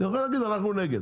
אתם יכולים להגיד אנחנו נגד,